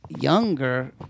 younger